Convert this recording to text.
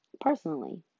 personally